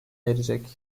erecek